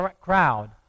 crowd